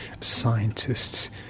scientists